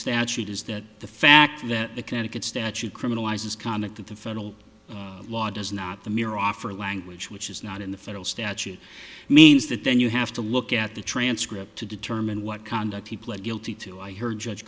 statute is that the fact that the connecticut statute criminalizes conduct that the federal law does not the mere offer language which is not in the federal statute means that then you have to look at the transcript to determine what conduct he pled guilty to i heard judge